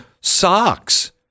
socks